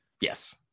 Yes